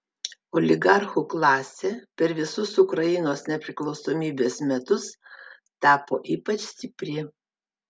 oligarchų klasė per visus ukrainos nepriklausomybės metus tapo ypač stipri